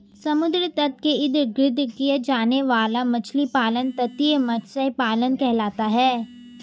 समुद्र तट के इर्द गिर्द किया जाने वाला मछली पालन तटीय मत्स्य पालन कहलाता है